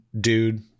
dude